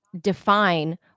define